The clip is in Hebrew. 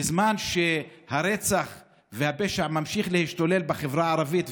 בזמן שהרצח והפשע ממשיכים להשתולל בחברה הערבית,